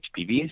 HPVs